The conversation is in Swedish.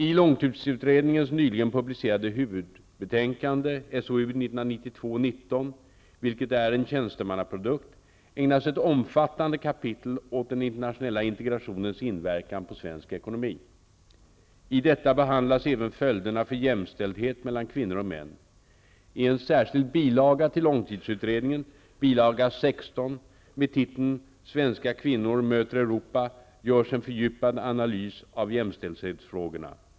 I Långtidsutredningens nyligen publicerade huvudbetänkande -- vilket är en tjänstemannaprodukt -- ägnas ett omfattande kapitel åt den internationella integrationens inverkan på svenk ekonomi. I detta behandlas även följderna för jämställdhet mellan kvinnor och män. I en särskild bilaga till Långtidsutredningen, bil. 16, med titeln Svenska kvinnor möter Europa, görs en fördjupad analys av jämställdhetsfrågorna.